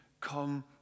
come